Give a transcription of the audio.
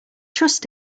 trust